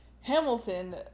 hamilton